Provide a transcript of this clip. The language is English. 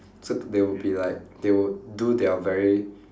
so they would be like they would do their very